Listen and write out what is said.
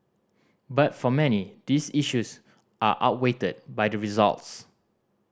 but for many these issues are outweighed by the results